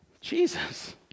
Jesus